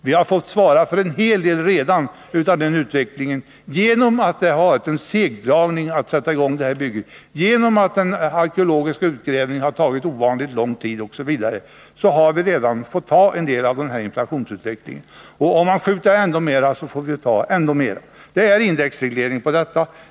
Vi har fått svara för en hel del sådana kostnader redan, genom ett segdraget igångsättande av bygget, genom att den arkeologiska utgrävningen har tagit ovanligt lång tid osv. Om vi uppskjuter bygget ytterligare får vi ännu större sådana kostnader. Det är indexreglering på detta.